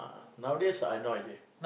nowadays I've no idea